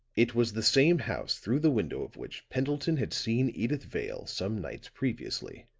it was the same house through the window of which pendleton had seen edyth vale some nights previously,